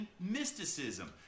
mysticism